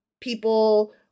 people